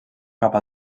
cap